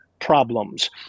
problems